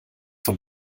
von